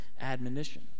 admonition